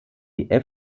die